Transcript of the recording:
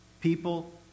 people